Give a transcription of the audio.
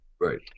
Right